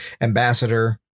ambassador